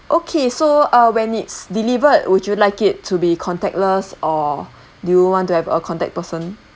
okay so uh when it's delivered would you like it to be contactless or do you want to have a contact person